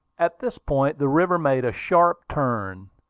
at this point the river made a sharp turn,